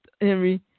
Henry